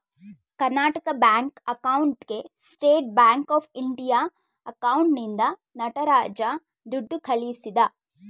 Karnataka bank ಅಕೌಂಟ್ಗೆ state bank of India ಅಕೌಂಟ್ನಿಂದ ನಟರಾಜ ದುಡ್ಡು ಕಳಿಸಿದ